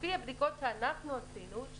לפי הבדיקות שאנחנו עשינו,